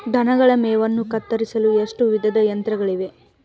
ದನಗಳ ಮೇವನ್ನು ಕತ್ತರಿಸಲು ಎಷ್ಟು ವಿಧದ ಯಂತ್ರಗಳಿವೆ?